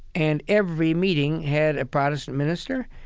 and every meeting had a protestant minister,